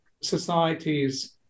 societies